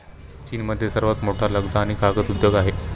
चीनमध्ये सर्वात मोठा लगदा आणि कागद उद्योग आहे